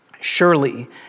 surely